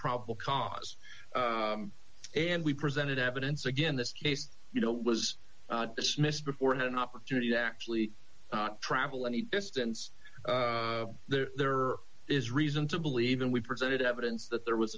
probable cause and we presented evidence again this case you know was dismissed before i had an opportunity to actually travel any distance there is reason to believe and we presented evidence that there was